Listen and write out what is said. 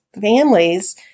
families